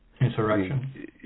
Insurrection